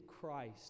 Christ